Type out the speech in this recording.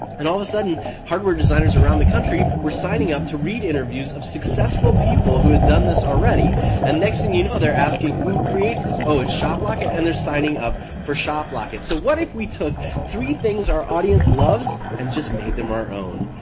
and all of a sudden hardware designers around the country were signing up to read interviews of successful people who had done this already and the next thing you know they're asking who creates this oh and shoplocket, and they're signing up for shoplocket. so what if we took three things our audience loves and just made them our own?